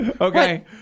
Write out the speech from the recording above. Okay